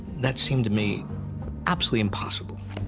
that seemed to me absolutely impossible.